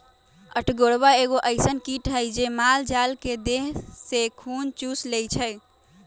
अठगोरबा एगो अइसन किट हइ जे माल जाल के देह से खुन चुस लेइ छइ